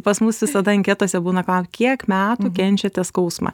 pas mus visada anketose būna ką kiek metų kenčiate skausmą